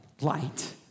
light